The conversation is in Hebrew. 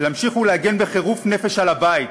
להמשיך ולהגן בחירוף נפש על הבית,